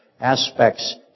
aspects